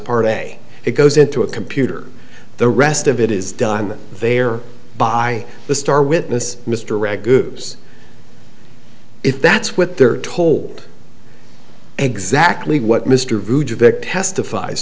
part of a it goes into a computer the rest of it is done there by the star witness mr reg if that's what they're told exactly what mr testifies